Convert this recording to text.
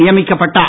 நியமிக்கப்பட்டார்